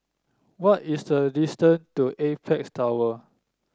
what is the distance to Apex Tower